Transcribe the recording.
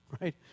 Right